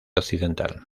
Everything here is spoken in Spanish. occidental